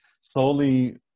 solely